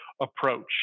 approach